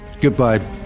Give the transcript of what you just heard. Goodbye